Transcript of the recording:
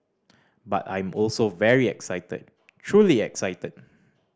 but I'm also very excited truly excited